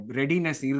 readiness